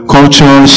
Culture